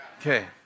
Okay